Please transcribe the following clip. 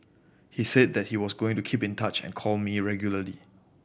he said that he was going to keep in touch and call me regularly